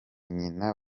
nyina